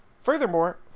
Furthermore